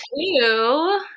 two